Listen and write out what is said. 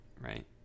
right